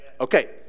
Okay